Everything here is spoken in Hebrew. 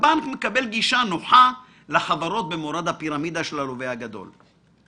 הבנק מקבל גישה נוחה לחברות במורד הפירמידה של הלווה הגדול.